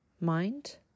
mind